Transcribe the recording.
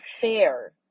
fair